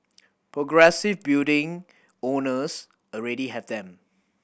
progressive building owners already have them